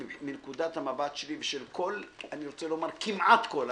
שמנקודת המבט שלי ושל כמעט כל,